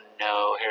no